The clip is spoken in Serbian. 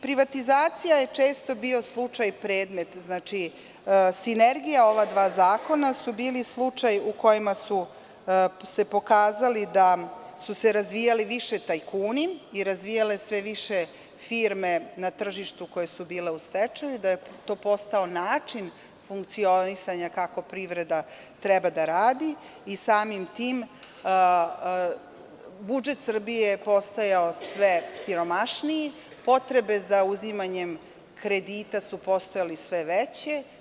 Privatizacija je često bio slučaj, predmet, znači, sinergija ova dva zakona, su bili slučaj u kojima su se pokazali da su se razvijali više tajkuni i razvijale sve više firme na tržištu koje su bile u stečaju, da je to postao način funkcionisanja kako privreda treba da radi i samim tim budžet Srbije je postajao sve siromašniji, potrebe za uzimanjem kredita su postajale sve veće.